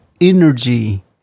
energy